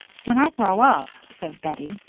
when i grow up, said bettie,